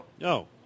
No